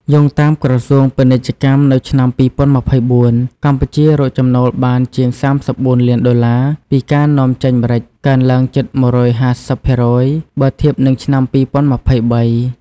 យោងតាមក្រសួងពាណិជ្ជកម្ម នៅឆ្នាំ ២០២៤ កម្ពុជារកចំណូលបានជាង ៣៤ លានដុល្លារ ពីការនាំចេញម្រេច កើនឡើងជិត ១៥០% បើធៀបនឹងឆ្នាំ ២០២៣។